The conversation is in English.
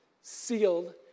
sealed